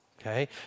Okay